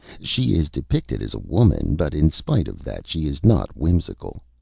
she is depicted as a woman, but in spite of that she is not whimsical.